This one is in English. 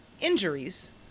Injuries